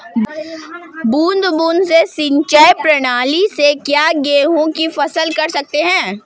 बूंद बूंद सिंचाई प्रणाली से क्या गेहूँ की फसल कर सकते हैं?